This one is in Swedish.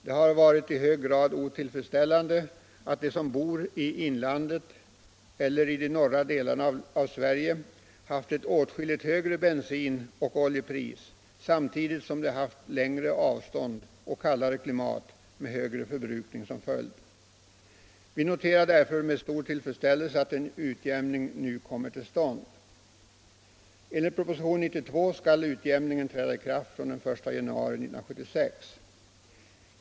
Det har varit i hög grad otillfredsställande att de som bor i inlandet eller i de norra delarna av Sverige haft ett åtskilligt högre bensinoch oljepris samtidigt som de har haft längre avstånd och kallare klimat med högre förbrukning som följd. Vi noterar därför med stor tillfredsställelse att en utjämning nu kommer till stånd. Enligt propositionen 92 skall utjämningen träda i kraft från den 1 januari 1976.